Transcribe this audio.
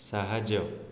ସାହାଯ୍ୟ